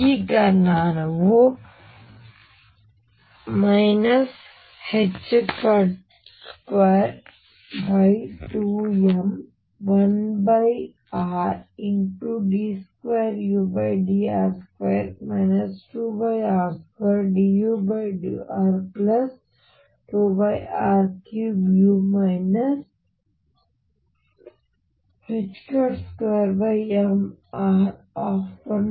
ಈಗ ನಾವು 22m1r d2udr2 2r2dudr2r3u 2mr1rdudr 1r2u